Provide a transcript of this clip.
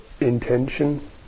intention